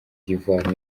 d’ivoire